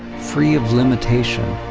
free of limitation.